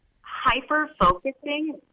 hyper-focusing